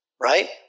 right